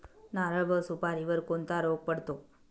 नारळ व सुपारीवर कोणता रोग पडतो?